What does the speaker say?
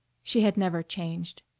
she had never changed.